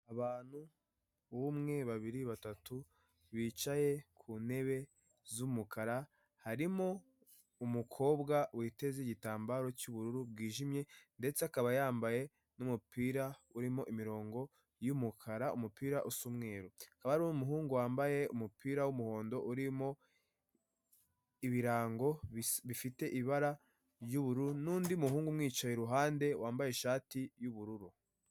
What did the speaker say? Abantu umwe babiri batatu bicaye ku ntebe z'umukara harimo umukobwa witeze igitambaro cy'ubururu bwijimye, ndetse akaba yambaye n'umupira uri mimirongo y'umukara y'umukara umupira usa umweru hakaba hari umuhungu wambaye umupira ibirango bifite ibara ry'ubururu, n'undi muhungu umwicaye iruhande wambaye ishati y'ubururu.